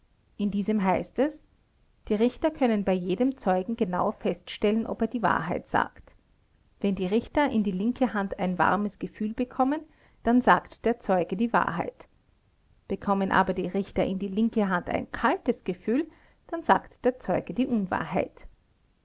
in diesem heißt es die richter können bei jedem zeugen genau feststellen ob er die wahrheit sagt wenn die richter in die linke hand ein warmes gefühl bekommen dann sagt der zeuge die wahrheit bekommen aber die richter in die linke hand ein kaltes gefühl dann sagt der zeuge die unwahrheit